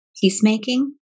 peacemaking